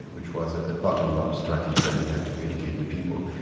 which was a ah bottom-up strategy that we have to educate the people.